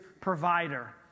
provider